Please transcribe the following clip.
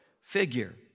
figure